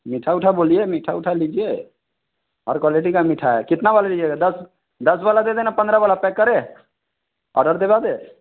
मीठा ऊठा बोलिए मीठा ऊठा लीजिए हर क्वालेटी का मीठा है कितना वाला लीजिएगा दस दस वाला दे दें न पन्द्रह वाला पैक करें ऑडर दिला दें